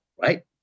right